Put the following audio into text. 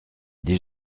des